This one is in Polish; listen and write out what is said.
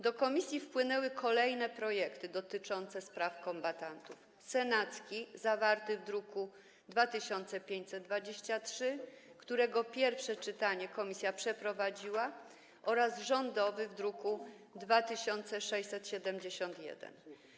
Do komisji wpłynęły kolejne projekty dotyczące spraw kombatantów: senacki, zawarty w druku nr 2523, którego pierwsze czytanie komisja przeprowadziła, oraz rządowy w druku nr 2671.